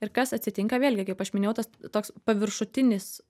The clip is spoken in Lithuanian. ir kas atsitinka vėlgi kaip aš minėjau tas toks paviršutinis